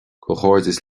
comhghairdeas